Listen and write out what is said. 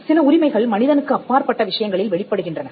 சில உரிமைகள் மனிதனுக்கு அப்பாற்பட்ட விஷயங்களில் வெளிப்படுகின்றன